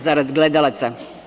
Zarad gledalaca.